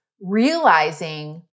realizing